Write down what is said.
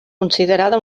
considerada